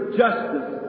justice